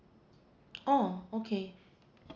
oh okay